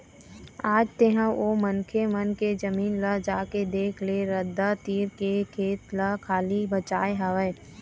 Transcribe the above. आज तेंहा ओ मनखे मन के जमीन ल जाके देख ले रद्दा तीर के खेत ल खाली बचाय हवय